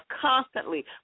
constantly